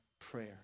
prayer